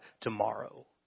tomorrow